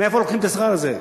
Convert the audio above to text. מאיפה הם לוקחים את השכר הזה?